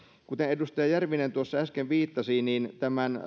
kuten edustaja järvinen tuossa äsken viittasi tämän